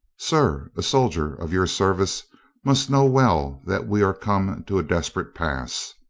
sir, a soldier of your service must know well that we are come to a desperate pass.